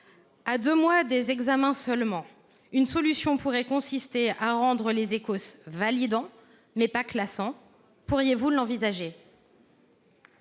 À deux mois des examens seulement, une solution pourrait consister à rendre les Ecos validants, mais pas classants. Pourriez vous l’envisager ?